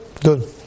Good